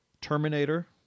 Terminator